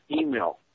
email